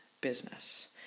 business